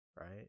right